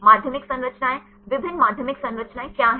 माध्यमिक संरचनाएं विभिन्न माध्यमिक संरचनाएं क्या हैं